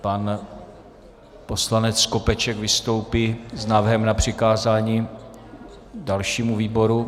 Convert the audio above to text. Pan poslanec Skopeček vystoupí s návrhem na přikázání dalšímu výboru.